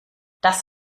das